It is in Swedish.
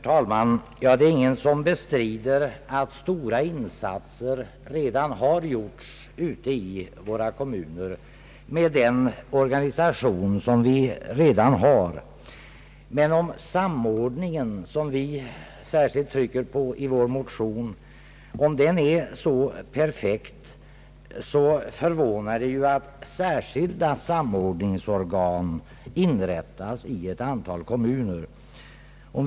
Herr talman! Ingen bestrider att stora insatser har gjorts ute i våra kommuner med den organisation som vi redan har. Men om samordningen — som vi särskilt trycker på i vår motion — är så perfekt förvånar det mig att särskilda samordningsorgan inrättas i ett antal kommuner.